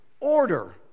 order